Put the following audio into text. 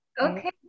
Okay